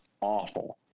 awful